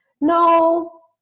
no